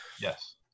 Yes